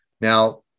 Now